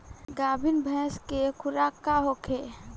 गाभिन भैंस के खुराक का होखे?